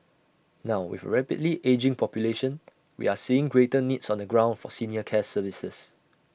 now with A rapidly ageing population we are seeing greater needs on the ground for senior care services